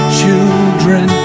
children